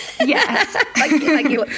Yes